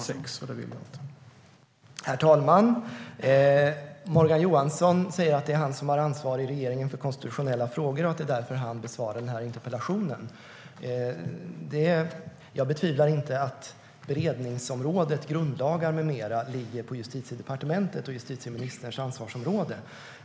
Herr talman! Morgan Johansson säger att det är han som har ansvar i regeringen för konstitutionella frågor och att det är därför han besvarar interpellationen. Jag betvivlar inte att beredningsområdet, grundlagar med mera, ligger på Justitiedepartementet och är justitieministerns ansvarsområde.